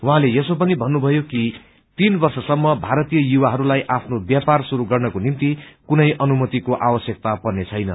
उहाँले यसो पनि भन्नुभयो कि तीन वर्षसम्म भरतीय युवाहरूलाई आफ्नो व्यापार शुरू गर्नको निम्ति कुनै अनुमतिको आवश्यकता पर्नेछैन